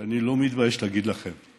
ואני לא מתבייש להגיד לכם: